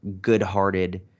good-hearted